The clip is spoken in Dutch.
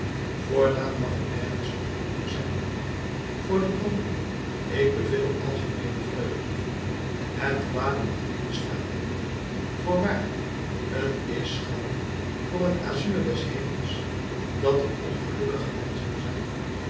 voortaan mag er nergens verdriet meer zijn voor den drommel ik beveel algemeene vreugde het kwade mag niet bestaan voorwaar t is schande voor het azuur des hemels dat er ongelukkige menschen zijn